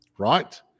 right